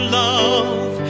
love